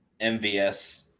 MVS